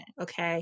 Okay